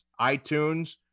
iTunes